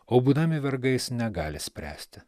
o būdami vergais negali spręsti